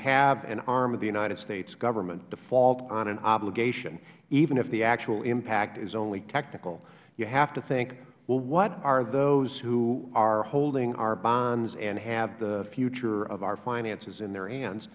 have an arm of the united states government default on an obligation even if the actual impact is only technical you have to think well what are those who are holding our bonds and have the future of our finances in their hands